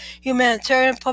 humanitarian